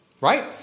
Right